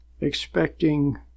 expecting